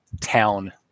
town